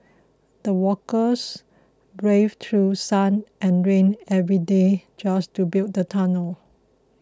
the workers braved through sun and rain every day just to build the tunnel